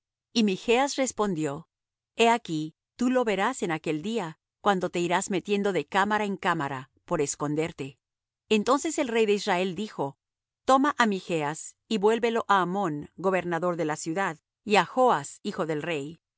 y michas respondió he aquí tú lo verás en aquel día cuando te irás metiendo de cámara en cámara por esconderte entonces el rey de israel dijo toma á michas y vuélvelo á amón gobernador de la ciudad y á joas hijo del rey y